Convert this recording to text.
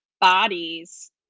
bodies